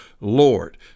Lord